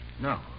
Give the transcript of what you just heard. No